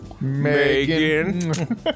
Megan